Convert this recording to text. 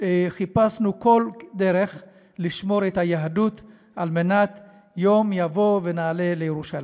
חיפשנו כל דרך לשמור את היהדות על מנת שיום יבוא ונעלה לירושלים.